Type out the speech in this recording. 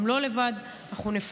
הם לא לבד, אנחנו נפקח.